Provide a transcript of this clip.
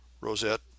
Rosette